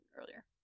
earlier